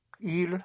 Il